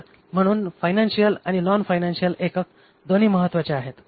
तर म्हणून फायनांशीअल आणि नॉन फायनांशीअल एकक दोन्ही महत्वाचे आहेत